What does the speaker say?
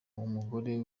umugore